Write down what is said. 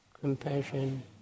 compassion